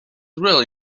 really